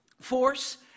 force